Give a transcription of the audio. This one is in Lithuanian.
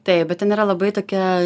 taip bet ten yra labai tokia